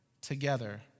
together